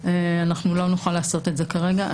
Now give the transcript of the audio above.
אנחנו לא נוכל לעשות את זה כרגע.